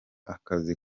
akazi